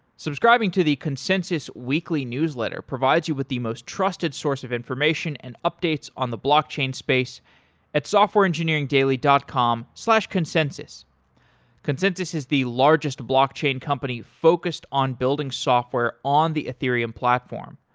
subscribing to the consensus weekly newsletter provides you with the most trusted source of information and updates on the blockchain space at softwareengineeringdaily dot com consensus consensus is the largest blockchain company focused on building software on the ethereum platform.